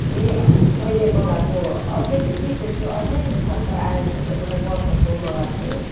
फेरि मैले मगाएको अर्कै थियो कि फेरि त्यो अर्कै खालको आएछ त्यो म त बटरको मगाएको थियो